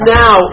now